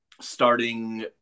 starting